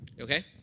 Okay